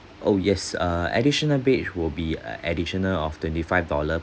oh yes uh additional bed will be a additional of twenty five dollar